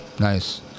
Nice